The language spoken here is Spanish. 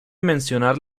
mencionar